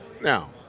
Now